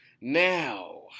Now